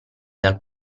dal